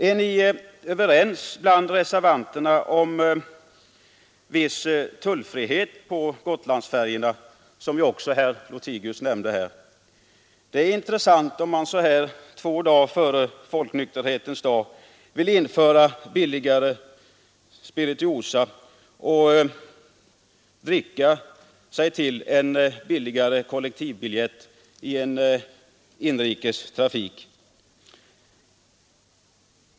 Är ni reservanter överens om viss tullfrihet på Gotlandsfärjorna, som herr Lothigius nämnde? Det är intressant om man två dagar före Folknykterhetens dag vill införa billigare spirituosa för att människorna skall kunna dricka sig till billigare kollektivbiljett i inrikes trafik.